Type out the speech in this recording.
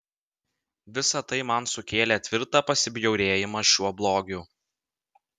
visa tai man sukėlė tvirtą pasibjaurėjimą šiuo blogiu